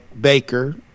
Baker